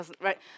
right